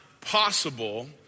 possible